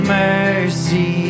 mercy